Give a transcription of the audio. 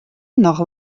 noch